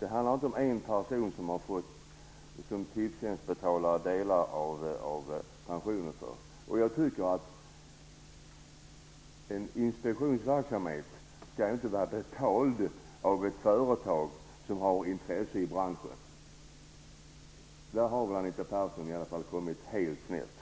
Det handlar inte om en person som Tipstjänst betalar delar av pensionen för. En inspektionsverksamhet skall enligt min mening inte vara betald av ett företag som har intresse i branschen. Där har Anita Persson i alla fall kommit helt snett.